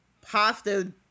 pasta